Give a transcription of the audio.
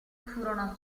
furono